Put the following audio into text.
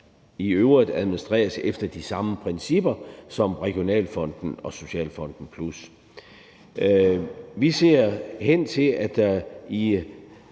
i øvrigt administreres efter de samme principper som Regionalfonden og Socialfonden Plus.